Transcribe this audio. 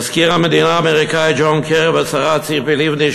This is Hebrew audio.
מזכיר המדינה האמריקני ג'ון קרי והשרה ציפי לבני,